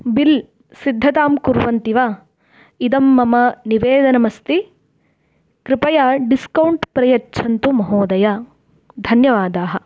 bill सिद्धतां कुर्वन्ति वा इदं मम निवेदनमस्ति कृपया डिस्कौण्ट् प्रयच्छन्तु महोदय धन्यवादाः